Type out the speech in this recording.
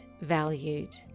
valued